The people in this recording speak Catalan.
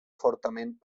fortament